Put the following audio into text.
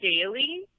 daily